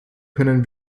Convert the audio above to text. können